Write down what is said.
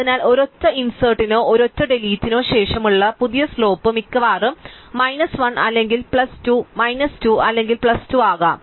അതിനാൽ ഒരൊറ്റ ഇൻസേർട്നോ ഒരൊറ്റ ഡെലീറ്റ്നോ ശേഷമുള്ള പുതിയ സ്ലോപ്പ് മിക്കവാറും മൈനസ് 1 അല്ലെങ്കിൽ പ്ലസ് 2 മൈനസ് 2 അല്ലെങ്കിൽ പ്ലസ് 2 ആകാം